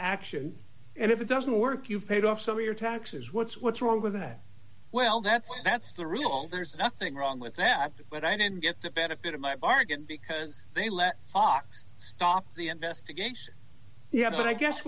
action and if it doesn't work you've paid off some of your taxes what's what's wrong with that well that's that's the real all there's nothing wrong with that but i didn't get the benefit of my bargain because they let office stop the investigation yeah but i guess